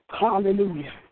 Hallelujah